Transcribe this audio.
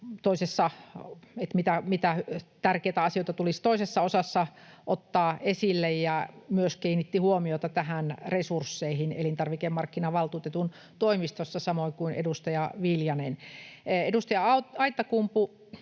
mitä tärkeitä asioita tulisi toisessa osassa ottaa esille, ja myös kiinnitti huomiota näihin resursseihin elintarvikemarkkinavaltuutetun toimistossa, samoin kuin edustaja Viljanen. Edustaja Aittakumpu